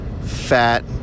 fat